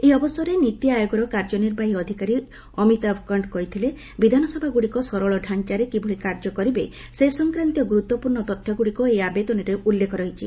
ଏହି ଅବସରରେ ନୀତି ଆୟୋଗର କାର୍ଯ୍ୟ ନିର୍ବାହୀ ଅଧିକାରୀ ଅମିତାଭ କଣ୍ଠ କହିଥିଲେ ବିଧାନସଭାଗୁଡ଼ିକ ସରଳ ଡାଞ୍ଚାରେ କିଭଳି କାର୍ଯ୍ୟ କରିବେ ସେ ସଂକ୍ରାନ୍ତୀୟ ଗୁରୁତ୍ୱପୂର୍ଣ୍ଣ ତଥ୍ୟଗୁଡ଼ିକ ଏହି ଆବେଦନରେ ଉଲ୍ଲେଖ ରହିଛି